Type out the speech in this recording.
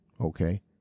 okay